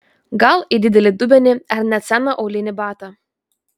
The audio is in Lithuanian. gal į didelį dubenį ar net seną aulinį batą